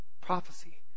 Prophecy